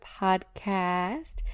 podcast